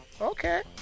okay